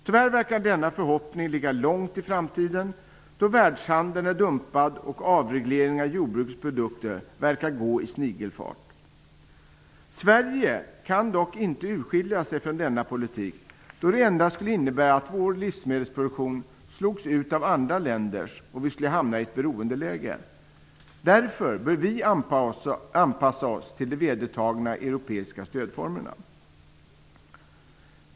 Tyvärr verkar detta ligga långt i framtiden, då världshandeln är dumpad och avregleringen av jordbrukets produkter verkar gå i snigelfart. Sverige kan dock inte urskilja sig från denna politik, då det endast skulle innebära att vår livsmedelsproduktion slogs ut av andra länders och att vi skulle hamna i ett beroendeläge. Därför bör vi anpassa oss till de vedertagna europeiska stödformerna.